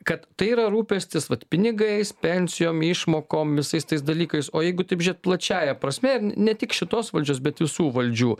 kad tai yra rūpestis vat pinigais pensijom išmokom visais tais dalykais o jeigu taip žiūrėt plačiąja prasme n ne tik šitos valdžios bet visų valdžių